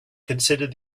considered